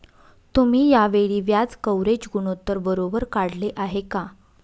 तुम्ही या वेळी व्याज कव्हरेज गुणोत्तर बरोबर काढले आहे का?